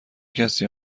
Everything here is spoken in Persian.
کسی